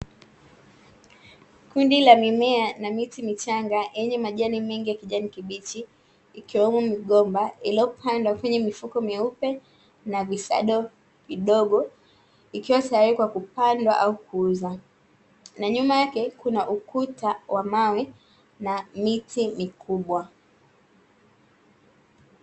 Kundi la mimea na miti michanga yenye majani mengi ya kijani kibichi, ikiwemo migomba iliyopandwa kwenye mifuko meupe na visado vidogo, ikiwa tayari kwa kupandwa na kuuzwa. Na nyuma yake kuna ukuta wa mawe na miti mikubwa.